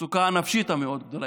מצוקה נפשית מאוד גדולה.